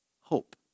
hope